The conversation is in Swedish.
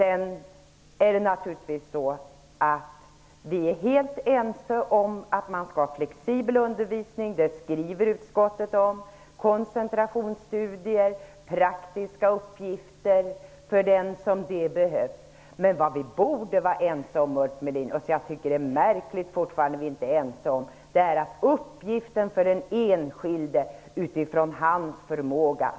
Vi är naturligtvis helt ense om att man skall ha flexibel undervisning -- det skriver utskottet om -- koncentrationsstudier och praktiska uppgifter för den som det behöver. Men det vi borde vara ense om, Ulf Melin, och det jag tycker är märkligt att vi fortfarande inte är ense om är att uppgiften skall vara en uppgift på heltid för den enskilde utifrån hans förmåga.